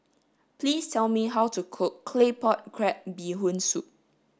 please tell me how to cook claypot crab bee hoon soup